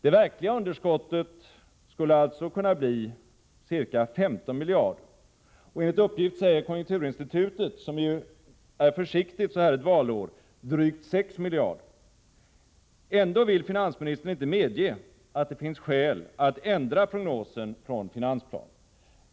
Det verkliga underskottet skulle alltså bli ca 15 miljarder, och enligt uppgift säger konjunkturinstitutet, som ju är försiktigt så här ett valår, drygt 6 miljarder. Ändå vill finansministern inte medge att det finns skäl att ändra prognosen från finansplanen!